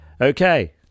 Okay